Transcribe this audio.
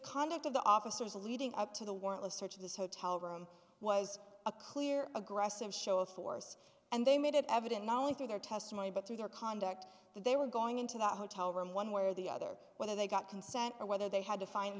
conduct of the officers leading up to the warrantless search of this hotel room was a clear aggressive show of force and they made it evident not only through their testimony but through their conduct that they were going into that hotel room one way or the other whether they got consent or whether they had to find